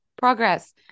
progress